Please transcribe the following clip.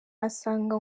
asanga